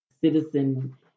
citizen